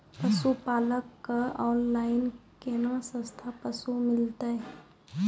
पशुपालक कऽ ऑनलाइन केना सस्ता पसु मिलतै?